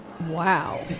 Wow